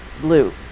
blue